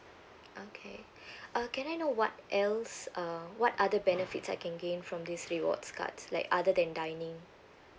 okay uh can I know what else uh what other benefits I can gain from these rewards cards like other than dining